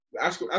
Ask